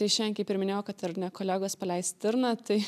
šiandien kaip ir minėjau kad ar ne kolegos paleis stirną tai